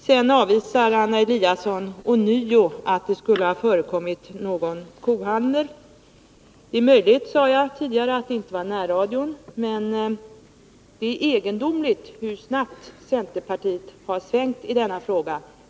Sedan avvisar Anna Eliasson ånyo att det skulle ha förekommit någon kohandel. Det är möjligt, sade jag tidigare, att det inte var närradion, men det är egendomligt hur snabbt centerpartiet har svängt i denna fråga.